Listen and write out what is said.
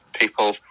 people